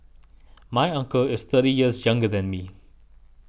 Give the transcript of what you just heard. my uncle is thirty years younger than me